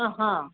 ಹಾಂ ಹಾಂ